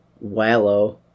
wallow